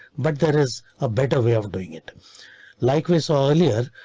but there is a better way of doing it like we saw earlier.